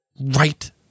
right